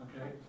Okay